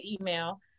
email